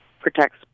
protects